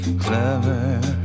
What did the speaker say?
clever